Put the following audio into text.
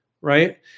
right